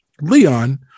Leon